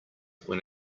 when